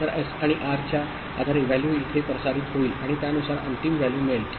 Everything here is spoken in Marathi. तर एस आणि आर च्या आधारे व्हॅल्यू इथे प्रसारित होईल आणि त्यानुसार अंतिम व्हॅल्यू मिळेल